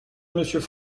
monsieur